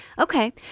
Okay